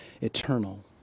eternal